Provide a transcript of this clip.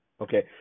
Okay